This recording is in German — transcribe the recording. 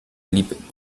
blieb